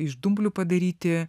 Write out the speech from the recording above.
iš dumblių padaryti